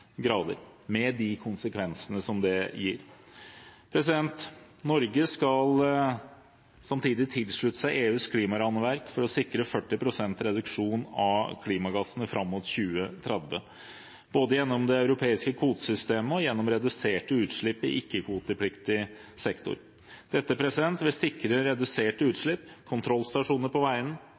med de konsekvensene som det gir. Norge skal samtidig tilslutte seg EUs klimarammeverk for å sikre 40 pst. reduksjon av klimagassene fram mot 2030 både gjennom det europeiske kvotesystemet og gjennom reduserte utslipp i ikke-kvotepliktig sektor. Dette vil sikre reduserte utslipp, kontrollstasjoner på